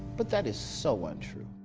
but that is so untrue.